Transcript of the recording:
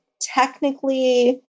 technically